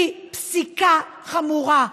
היא פסיקה חמורה,